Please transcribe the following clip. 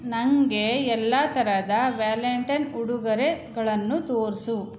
ನನಗೆ ಎಲ್ಲ ಥರದ ವ್ಯಾಲಂಟೈನ್ ಉಡುಗೊರೆಗಳನ್ನು ತೋರಿಸು